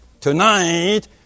Tonight